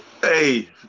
Hey